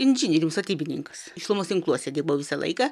inžinierius statybininkas šilumos tinkluose dirbo visą laiką